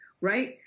right